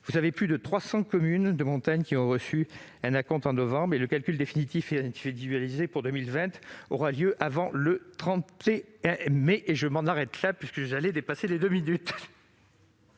raquette. Plus de 300 communes de montagne ont donc reçu un acompte en novembre. Le calcul définitif et individualisé pour 2020 aura lieu avant le 31 mai. Je m'arrête là, sinon je vais dépasser mes deux minutes